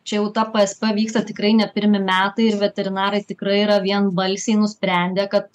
čia jau ta psp vyksta tikrai ne pirmi metai ir veterinarai tikrai yra vienbalsiai nusprendę kad